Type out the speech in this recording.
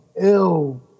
ill